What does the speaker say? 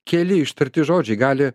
keli ištarti žodžiai gali